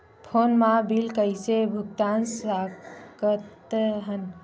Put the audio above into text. Phone मा bill कइसे भुक्तान साकत हन?